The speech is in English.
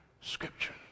Scripture